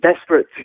desperate